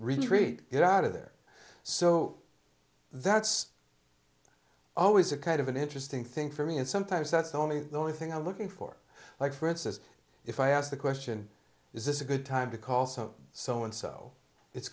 retreat it out of there so that's always a kind of an interesting thing for me and sometimes that's only the only thing i'm looking for like for instance if i ask the question is this a good time to call so so and so it's